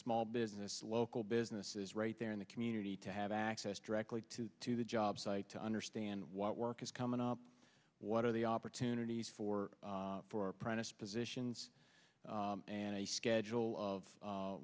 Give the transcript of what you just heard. small business local businesses right there in the community to have access directly to to the job site to understand what work is coming up what are the opportunities for four apprentice positions and a schedule of